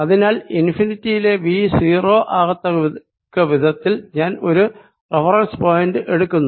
അതിനാൽ ഇൻഫിനിറ്റിയിലെ V 0 ആകത്തക്ക വിധത്തിൽ ഞാൻ ഒരു റഫറൻസ് പോയിന്റ് എടുക്കുന്നു